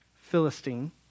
Philistine